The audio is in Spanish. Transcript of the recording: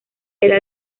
era